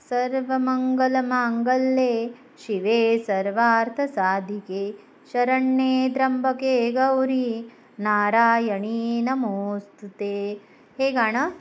सर्वमंगलमांगल्ये शिवे सर्वार्थसाधिके शरण्ये त्र्यंबके गौरी नारायणी नमोस्तुते हे गाणं